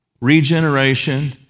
Regeneration